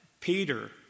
Peter